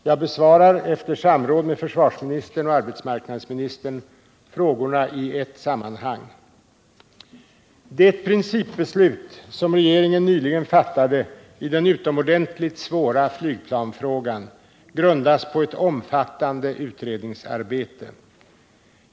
Jag besvarar, efter samråd med försvarsministern och arbetsmarknadsministern, frågorna i ett sammanhang. Det principbeslut som regeringen nyligen fattade i den utomordentligt svåra flygplansfrågan grundas på ett omfattande utredningsarbete.